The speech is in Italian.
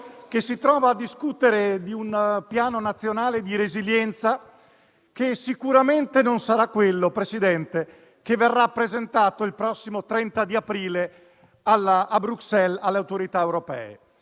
che si trova a discutere di un Piano nazionale di ripresa e resilienza che sicuramente non sarà quello che verrà presentato il prossimo 30 aprile a Bruxelles alle autorità europee.